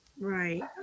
Right